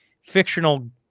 fictional